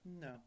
No